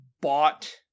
bought